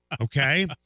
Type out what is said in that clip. Okay